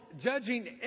judging